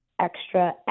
extra